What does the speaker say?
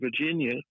Virginia